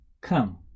come